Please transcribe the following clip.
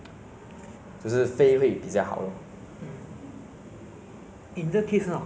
送我这个 ah mobile case de as 一个 as a gift lah